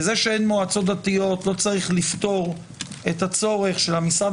וזה שאין מועצות דתיות לא צריך לפטור את הצורך את של המשרד